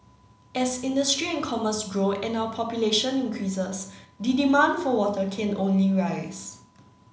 as industry and commerce grow and our population increases the demand for water can only rise